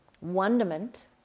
wonderment